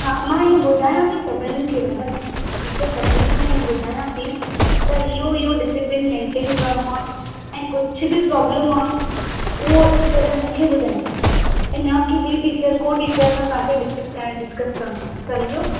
हा मां इहा ॿुधायां थी सभिनीनि खे मैडम टीचर सभिनीनि खे मां ॿुधायां थी पर इहो इहो ॾिसीप्लिन मेंटेन करिणो आहे ऐं कुझु बि प्रॉब्लम आहे उहो अची करे मूंखे ॿुधाइनि न की ॿी टीचर को टीचर सां तव्हांखे डिसी डिस्कस करिणो आहे समुझो